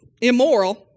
immoral